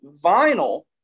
vinyl